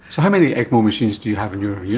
so how many ecmo machines do you have in your yeah